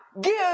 give